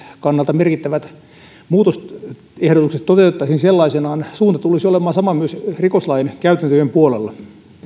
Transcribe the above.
kannalta merkittävät muutosehdotukset toteutettaisiin sellaisenaan suunta tulisi olemaan sama myös rikoslain käytäntöjen puolella